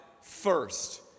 first